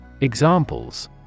Examples